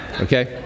okay